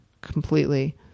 completely